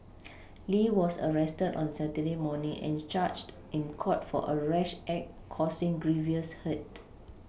Lee was arrested on Saturday morning and charged in court for a rash act causing grievous hurt